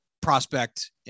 prospect